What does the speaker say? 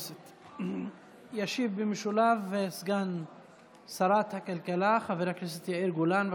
ישיב במשולב סגן שרת הכלכלה חבר הכנסת יאיר גולן.